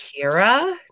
Kira